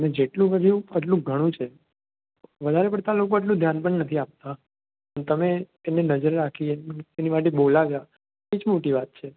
તમે જેટલું કર્યું એટલું ઘણું છે વધારે પડતા લોકો આટલું ધ્યાન પણ નથી આપતા તમે એને નજર રાખી એની માટે બોલાવ્યા એ જ મોટી વાત છે